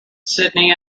sydney